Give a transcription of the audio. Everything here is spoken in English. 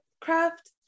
craft